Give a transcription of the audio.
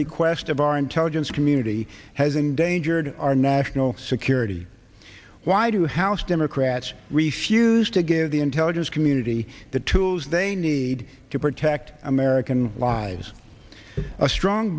request of our intelligence community has endangered our national security why do house democrats refuse to give the intelligence community the tools they need to protect american lives a strong